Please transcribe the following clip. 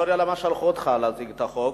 אני לא יודע למה שלחו אותך להציג את החוק.